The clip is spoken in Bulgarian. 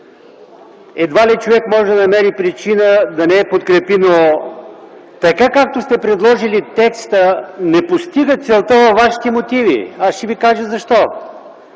Едва ли човек може да намери причина да не я подкрепи. Но така, както сте предложили, текста не постига целта във Вашите мотиви. Аз ще ви кажа защо?